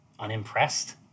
Unimpressed